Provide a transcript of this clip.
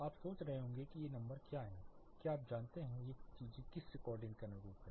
आप सोच रहे हैं कि ये नंबर क्या हैं क्या आप जानते हैं कि ये चीजें किस रिकॉर्डिंग के अनुरूप हैं